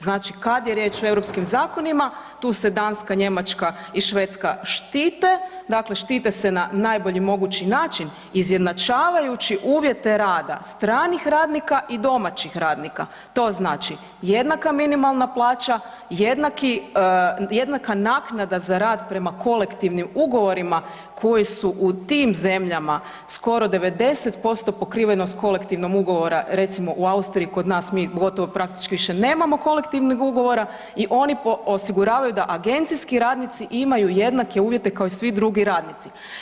Znači kad je riječ o europskih zakonima, tu se Danska, Njemačka i Švedska štite, dakle štite se na najbolji mogući način, izjednačavajući uvjete rada stranih radnika i domaćih radnika, to znači jednaka minimalna plaća, jednaka naknada za rad prema kolektivnim ugovorima koji su u tim zemljama skoro 90% pokrivenost kolektivnom ugovora, recimo, u Austriji, kod nas, mi, gotovo praktički više nemamo kolektivnog ugovora i oni po, osiguravaju da agencijski radnici imaju jednake uvjete kao i svi drugi radnici.